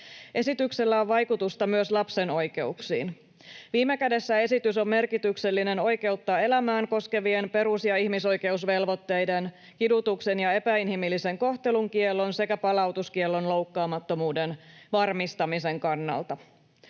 Esityksellä on vaikutusta myös lapsen oikeuksiin. Viime kädessä esitys on merkityksellinen oikeutta elämään koskevien perus- ja ihmisoikeusvelvoitteiden, kidutuksen ja epäinhimillisen kohtelun kiellon sekä palautuskiellon loukkaamattomuuden varmistamisen kannalta.